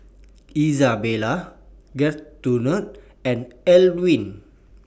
Izabelle Gertrude and Elwin